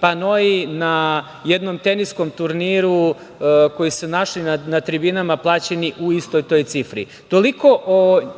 panoi na jednom teniskom turniru, koji su se našli na tribinama, plaćeni u istoj toj cifri.